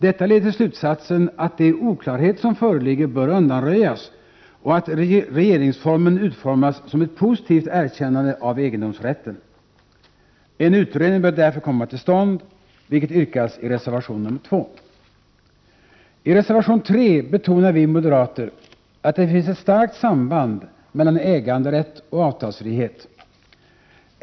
Detta leder till slutsatsen att de oklarheter som föreligger bör undanröjas och regeringsformen utformas som ett positivt erkännande av egendomsrätten. En utredning bör därför komma till stånd, vilket yrkas i reservation 2. I reservation 3 betonar vi moderater att det finns ett starkt samband mellan äganderätt och avtalsfrihet.